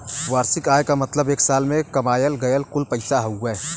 वार्षिक आय क मतलब एक साल में कमायल गयल कुल पैसा हउवे